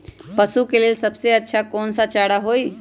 पशु के लेल सबसे अच्छा कौन सा चारा होई?